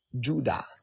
Judah